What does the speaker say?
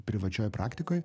privačioj praktikoj